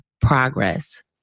progress